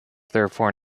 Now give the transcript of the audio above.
therefore